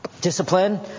discipline